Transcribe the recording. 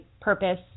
purpose